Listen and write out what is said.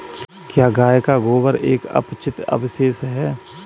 क्या गाय का गोबर एक अपचित अवशेष है?